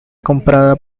comprada